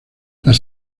las